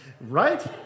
Right